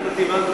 מה האלטרנטיבה?